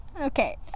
Okay